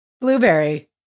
Blueberry